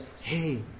hey